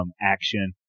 action